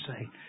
say